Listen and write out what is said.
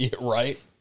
Right